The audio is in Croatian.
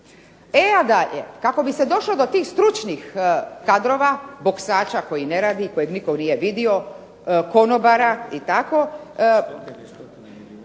E a dalje, kako bi se došlo do tih stručnih kadrova, boksača koji ne rade koje nitko nije vidio, konobara i tako,